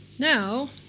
Now